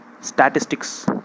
statistics